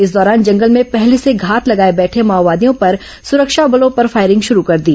इस दौरान जंगल में पहले से घात लगाए बैठे माओवादियों पर सुरक्षा बलों ने फायरिंग शुरू कर दी